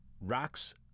rocks